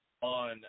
on